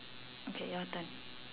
okay your turn